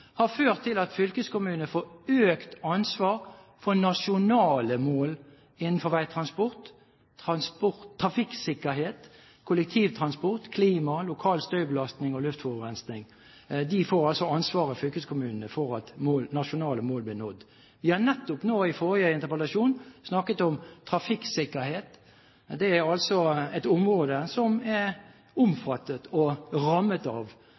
har ført til at fylkeskommunene får økt ansvar for at nasjonale mål innenfor vegtransport, trafikksikkerhet, kollektivtransport, klima, lokal støybelastning og luftforurensning m.m. blir nådd.» Fylkeskommunene får altså ansvaret for at nasjonale mål blir nådd. Det ble nettopp nå i forrige interpellasjon snakket om trafikksikkerhet. Det er altså et område som er omfattet og rammet av